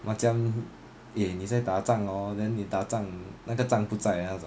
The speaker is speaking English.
macam eh 你在打战 hor then 你打战那个战不在那种